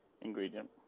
ingredient